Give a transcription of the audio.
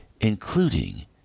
including